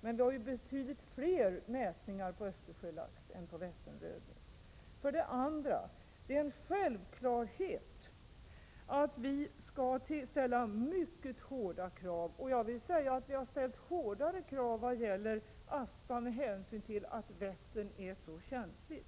Men det finns betydligt fler mätningar på Östersjölax än på Vätternröding. Vidare är det en självklarhet att vi skall ställa mycket hårda krav. Jag vill säga att vi har ställt hårdare krav vad gäller Aspa bruk med hänsyn till att Vättern är så känslig.